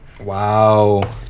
Wow